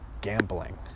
gambling